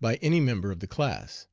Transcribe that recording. by any member of the class.